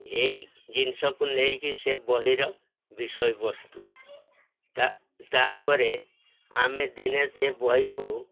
ଏଇ ଜିନିଷକୁ ନେଇକି ସେ ବହିର ବିଷୟବସ୍ତୁ ତା'ପରେ ଆମେ ଦିନେ ସେ ବହିକୁ